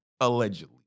allegedly